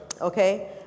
Okay